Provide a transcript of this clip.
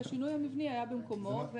והשינוי המבני היה במקומו.